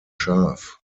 scharf